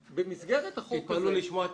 ובמסגרת החוק הזה --- תתפלאו לשמוע,